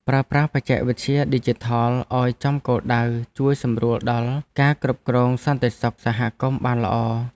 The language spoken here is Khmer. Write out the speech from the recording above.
ប្រើប្រាស់បច្ចេកវិទ្យាឌីជីថលឱ្យចំគោលដៅជួយសម្រួលដល់ការគ្រប់គ្រងសន្តិសុខសហគមន៍បានល្អ។